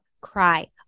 cry